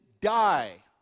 die